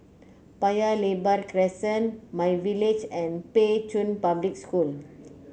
Paya Lebar Crescent MyVillage and Pei Chun Public School